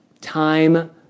Time